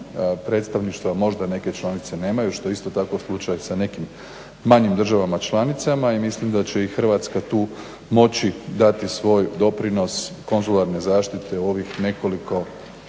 predstavništva, možda neke članice nemaju što je isto tako slučaj sa nekim manjim državama članicama. I mislim da će i Hrvatska tu moći dati svoj doprinos konzularne zaštite ovih nekoliko